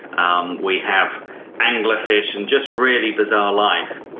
um we have anglerfish, and just really bizarre life.